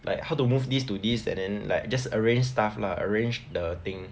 like how to move this to this and then like just arrange stuff lah arrange the thing